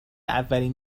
اولین